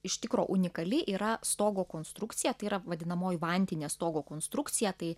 iš tikro unikali yra stogo konstrukcija tai yra vadinamoji vantinė stogo konstrukcija tai